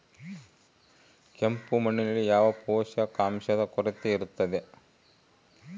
ಕೆಂಪು ಮಣ್ಣಿನಲ್ಲಿ ಯಾವ ಪೋಷಕಾಂಶದ ಕೊರತೆ ಇರುತ್ತದೆ?